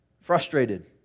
frustrated